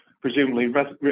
presumably